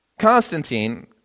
Constantine